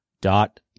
Dot